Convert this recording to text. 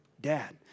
dad